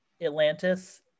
Atlantis